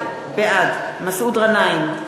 בעד מסעוד גנאים,